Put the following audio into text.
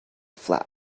flap